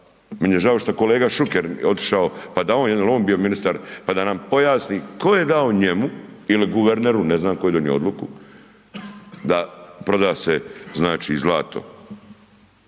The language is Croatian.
Meni je žao što je kolega Šuker otišao, pa da on, jel on je bio ministar, pa da nam pojasni tko je dao njemu ili guverneru, ne znam tko je donio odluku da proda se, znači,